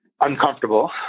uncomfortable